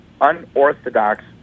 unorthodox